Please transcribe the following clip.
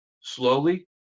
slowly